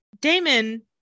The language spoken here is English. Damon